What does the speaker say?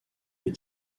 les